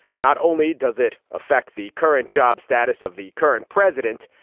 not only does it affect the current job status of the current president,